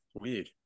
weird